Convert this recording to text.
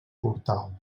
portal